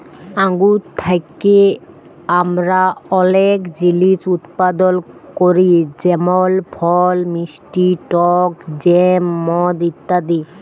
আঙ্গুর থ্যাকে আমরা অলেক জিলিস উৎপাদল ক্যরি যেমল ফল, মিষ্টি টক জ্যাম, মদ ইত্যাদি